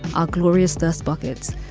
our glorious dust buckets,